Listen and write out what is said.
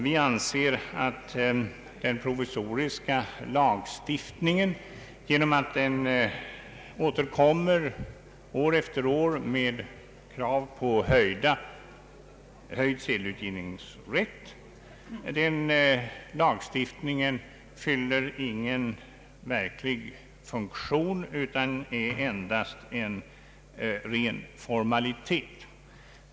Vi anser att den provisoriska lagstiftningen genom att krav på höjd sedelutgivningsrätt återkommer år efter år inte fyller någon verklig funktion utan endast är en formalitet.